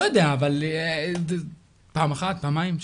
לא יודע, אבל פעם אחת, פעמיים?